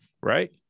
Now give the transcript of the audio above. right